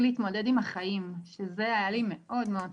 להתמודד עם החיים שזה היה לי מאוד מאוד קשה,